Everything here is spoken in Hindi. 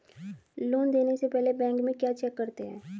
लोन देने से पहले बैंक में क्या चेक करते हैं?